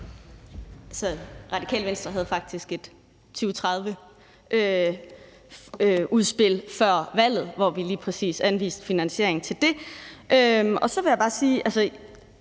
Radikale Venstre havde faktisk et 2030-udspil før valget, hvor vi lige præcis anviste finansiering til det. Og så vil jeg bare sige,